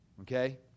okay